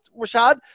Rashad